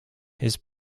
his